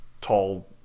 tall